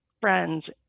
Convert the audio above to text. friends